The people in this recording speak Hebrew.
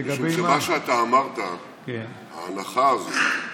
משום שמה שאתה אמרת, ההנחה הזאת,